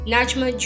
Najma